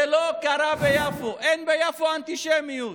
זה לא קרה ביפו, אין ביפו אנטישמיות.